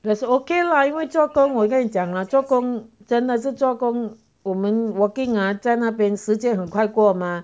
that's okay lah 因为做工我跟你讲啦做工真的是做工我们 working 啊在那边时间很快过吗